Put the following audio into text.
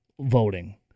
voting